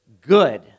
Good